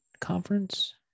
conference